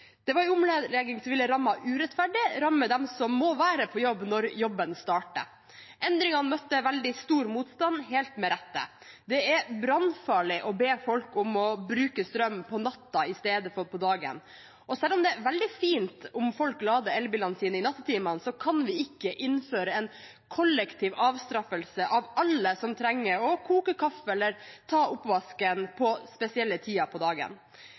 Det var en omlegging som ville rammet urettferdig – rammet dem som må være på jobb når jobben starter. Endringene møtte veldig stor motstand, med rette. Det er brannfarlig å be folk om å bruke strøm på natten i stedet for på dagen. Selv om det er veldig fint om folk lader elbilene sine i nattetimene, kan vi ikke innføre en kollektiv avstraffelse av alle som trenger å koke kaffe eller ta oppvasken på spesielle tider på dagen.